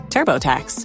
TurboTax